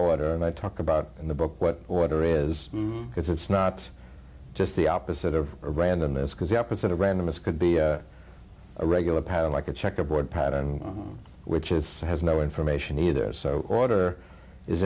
order and i talk about in the book what order is because it's not just the opposite of randomness because the opposite of randomness could be a regular pattern like a checkerboard pattern which is has no information either so order is